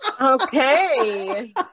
Okay